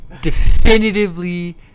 definitively